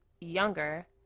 younger